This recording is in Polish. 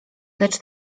lecz